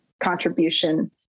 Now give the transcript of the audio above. contribution